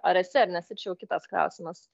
ar esi ar nesi čia jau kitas klausimas